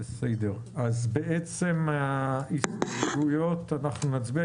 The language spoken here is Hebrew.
אנחנו נצביע על ההסתייגויות?